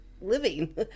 living